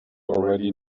already